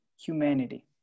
humanity